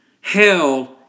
hell